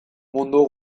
mundu